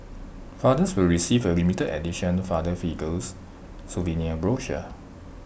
fathers will receive A limited edition father figures souvenir brochure